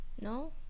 No